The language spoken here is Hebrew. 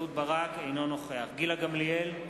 אינו נוכח גילה גמליאל,